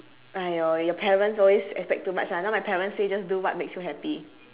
!aiyo! your parents always expect too much ah now my parents say just do what makes you happy